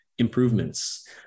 improvements